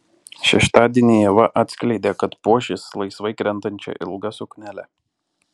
šeštadienį ieva atskleidė kad puošis laisvai krentančia ilga suknele